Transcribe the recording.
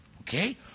Okay